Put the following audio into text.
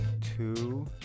two